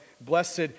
Blessed